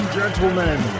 gentlemen